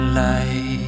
light